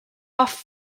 off